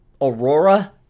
aurora